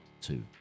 two